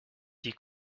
die